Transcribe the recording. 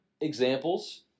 examples